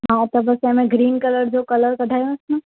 हा त बस इन में ग्रीन कलर जो कलर कढायोसि न